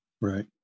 Right